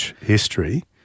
history